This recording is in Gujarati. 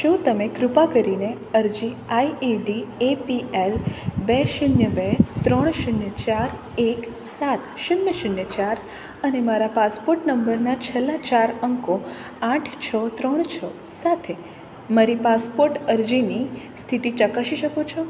શું તમે કૃપા કરીને અરજી I E D A P L બે શૂન્ય બે ત્રણ શૂન્ય ચાર એક સાત શૂન્ય શૂન્ય ચાર અને મારા પાસપોટ નંબરના છેલ્લા ચાર અંકો આઠ છ ત્રણ છ સાથે મારી પાસપોટ અરજીની સ્થિતિ ચકાસી શકો છો